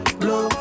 blow